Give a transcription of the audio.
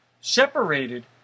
separated